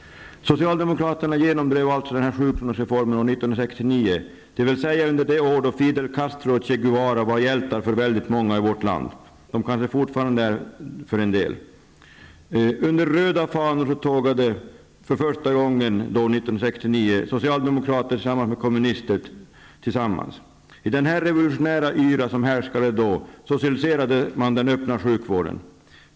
Fidel Castro och Che Guevara var hjältar för många i vårt land. De kanske fortfarande är det för en del. Under röda fanor tågade för första gången detta år socialdemokrater och kommunister tillsammans. I den revolutionära yra som härskade då socialiserade man den öppna sjukvården.